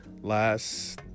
Last